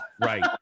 Right